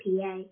PA